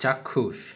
চাক্ষুষ